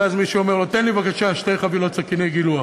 ואז מישהו אומר לו: תן לי בבקשה שתי חבילות סכיני גילוח.